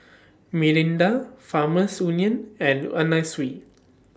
Mirinda Farmers Union and Anna Sui